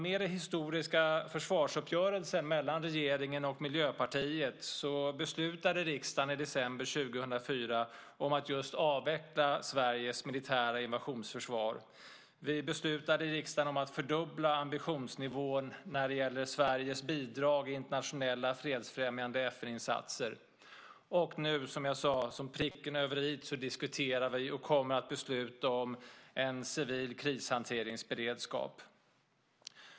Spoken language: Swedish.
Efter den historiska försvarsuppgörelsen mellan regeringen och Miljöpartiet beslutade dock riksdagen i december 2004 att just avveckla Sveriges militära invasionsförsvar. Vi beslutade att fördubbla ambitionsnivån när det gällde Sveriges bidrag i internationella fredsfrämjande FN-insatser. Och nu, som jag sade, diskuterar vi och kommer att besluta om, som pricken över i, en civil krishanteringsberedskap.